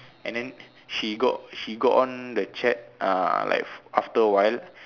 and then she got she got one the check uh like after a while